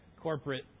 corporate